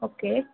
okay